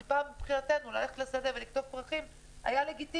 כי פעם מבחינתנו ללכת לשדה ולקטוף פרחים היה לגיטימי,